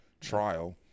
trial